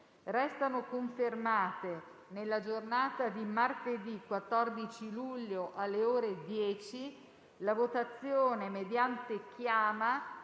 Restano confermate, nella giornata di martedì 14 luglio, alle ore 10, la votazione mediante chiama